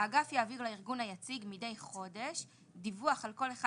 האגף יעביר לארגון היציג מדי חודש דיווח על כל אחד